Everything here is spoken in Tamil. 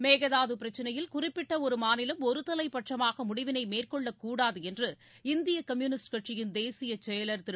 மேகதாது பிரச்சினையில் குறிப்பிட்ட ஒரு மாநிலம் ஒருதலைட்சமாக முடிவினை மேற்கொள்ளக் கூடாது என்று இந்திய கம்யூனிஸ்ட் கட்சியின் தேசிய செயலர் திரு